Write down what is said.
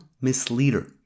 misleader